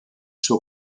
suo